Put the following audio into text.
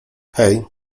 hej